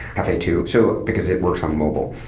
cafe too, so because it works on mobile.